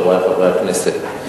חברי חברי הכנסת,